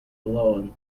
alone